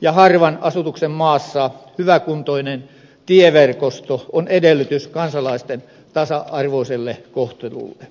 ja harvan asutuksen maassa hyväkuntoinen tieverkosto on edellytys kansalaisten tasa arvoiselle kohtelulle